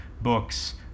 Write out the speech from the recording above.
books